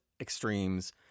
extremes